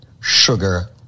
sugar